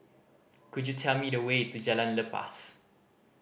could you tell me the way to Jalan Lepas